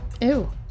ew